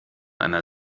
einer